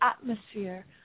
atmosphere